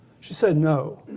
she said no.